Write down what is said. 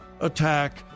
attack